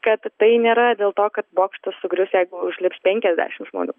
kad tai nėra dėl to kad bokštas sugrius jeigu užlips penkiasdešim žmonių